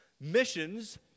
missions